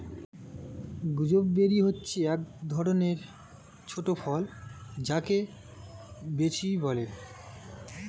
gooseberry হচ্ছে এক ধরণের ছোট ফল যাকে বৈঁচি বলে